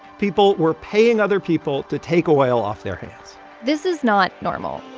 people were paying other people to take oil off their hands this is not normal.